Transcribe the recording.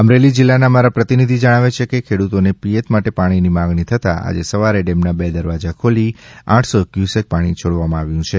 અમરેલી જિલ્લાના અમારા પ્રતિનિધિ જણાવે છે કે ખેડૂતોએ પિયત માટે પાણીની માંગણી કરતા આજે સવારે ડેમના બે દરવાજા ખોલી આઠસો ક્યુસેક પાણી છોડવામાં આવ્યું છે